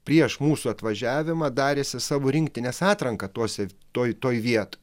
prieš mūsų atvažiavimą darėsi savo rinktinės atranką tuose toj toj vietoj